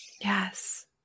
yes